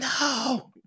No